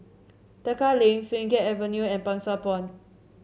Tekka Lane Pheng Geck Avenue and Pang Sua Pond